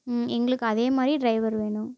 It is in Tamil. ம் எங்களுக்கு அதே மாதிரி டிரைவர் வேணும்